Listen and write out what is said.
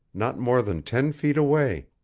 not more than ten feet away.